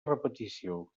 repetició